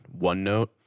OneNote